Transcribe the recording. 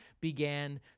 began